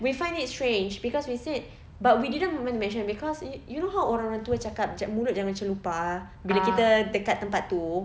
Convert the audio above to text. we find it strange cause we said but we didn't even mention cause you know how orang orang tua cakap mulut jangan celupar bila kita dekat tempat tu